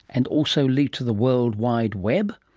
and also lead to the world wide web?